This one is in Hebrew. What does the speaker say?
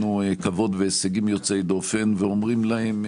כבוד והישגים יוצאי דופן ואומרים להם: